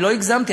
לא הגזמתי,